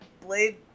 Blade